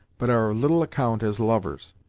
but are of little account as lovers.